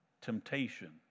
temptation